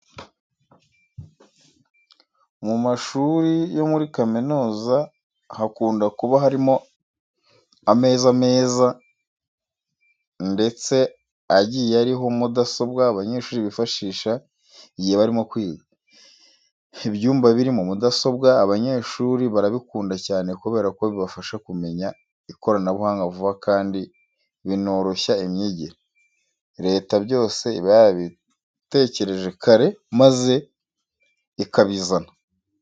Mu mashuri yo muri kaminuza hakunda kuba harimo ameza meza ndetse agiye ariho mudasobwa abanyeshuri bifashisha igihe barimo kwiga. Ibyumba birimo mudasobwa abanyeshuri barabikunda cyane kubera ko bibafasha kumenya ikoranabuhanga vuba kandi binoroshya imyigire. Leta byose iba yarabitekereje kare maze ikabizana.